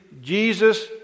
Jesus